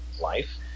life